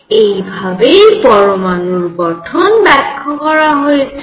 এইভাবেই পরমানুর গঠন ব্যাখ্যা করা হয়েছিল